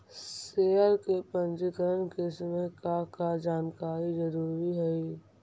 share के पंजीकरण के समय का का जानकारी जरूरी हई